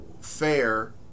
fair